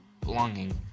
Belonging